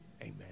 Amen